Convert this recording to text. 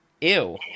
Ew